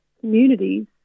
communities